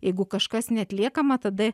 jeigu kažkas neatliekama tada